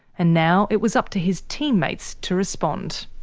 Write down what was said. and now it was up to his teammates to respond.